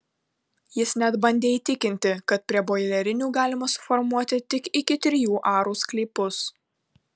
jis net bandė įtikinti kad prie boilerinių galima suformuoti tik iki trijų arų sklypus